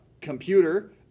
computer